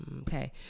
okay